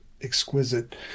exquisite